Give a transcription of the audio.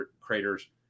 craters